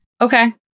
Okay